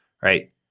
right